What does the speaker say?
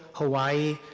hawaii,